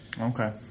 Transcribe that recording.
Okay